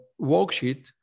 worksheet